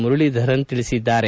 ಮುರಳೀಧರನ್ ಹೇಳಿದ್ದಾರೆ